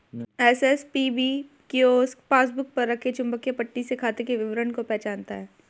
SSPBP kiosk passbook पर रखे चुंबकीय पट्टी से खाते के विवरण को पहचानता है